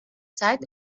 zeit